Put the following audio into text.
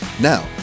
Now